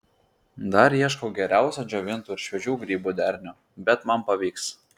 dar ieškau geriausio džiovintų ir šviežių grybų derinio bet man pavyks